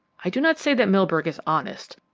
i do not say that milburgh is honest,